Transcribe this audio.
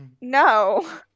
No